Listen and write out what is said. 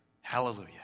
hallelujah